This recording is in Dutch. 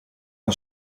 een